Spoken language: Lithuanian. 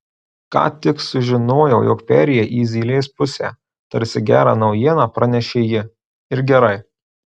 ką tik sužinojau jog perėjai į zylės pusę tarsi gerą naujieną pranešė ji ir gerai